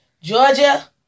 Georgia